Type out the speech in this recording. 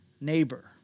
neighbor